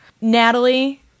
Natalie